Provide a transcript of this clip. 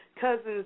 Cousins